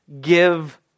give